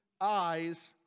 eyes